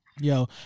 Yo